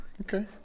Okay